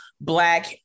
Black